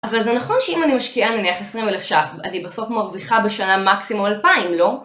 אבל זה נכון שאם אני משקיעה נניח עשרים אלף שח אני בסוף מורוויחה בשנה מקסימום אלפיים, לא?